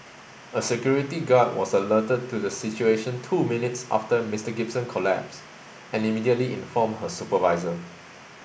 a security guard was alerted to the situation two minutes after Mister Gibson collapsed and immediately informed her supervisor